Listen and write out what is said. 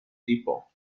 tipo